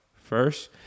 first